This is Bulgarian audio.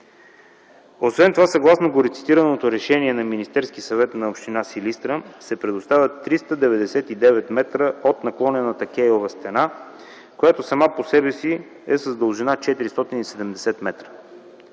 Освен това съгласно горецитираното решение на Министерския съвет – на община Силистра се предоставят 399 метра от наклонената кейова стена, която сама по себе си е с дължина 470 метра.